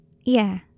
Yeah